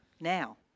now